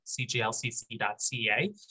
cglcc.ca